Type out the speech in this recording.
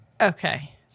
Okay